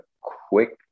quick